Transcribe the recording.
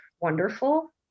wonderful